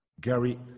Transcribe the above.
Gary